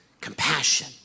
compassion